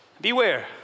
Beware